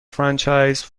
franchise